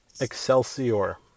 Excelsior